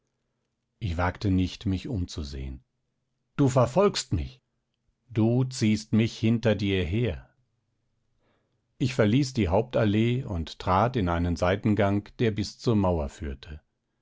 ich wagte nicht mich umzusehen du verfolgst mich du ziehst mich hinter dir her ich verließ die hauptallee und trat in einen seitengang der bis zur mauer führte